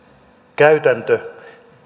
käytäntö